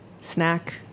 snack